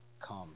Come